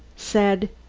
said,